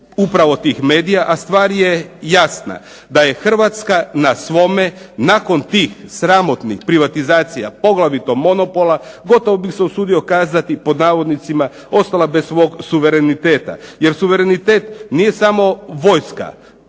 upravo tih medija, a stvar je jasna, da je Hrvatska na svome nakon tih sramotnih privatizacija pogotovo monopola, gotovo bih se usudio kazati "ostala bez svog suvereniteta". Jer suverenitet nije samo vojska